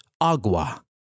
agua